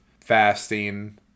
fasting